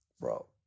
Bro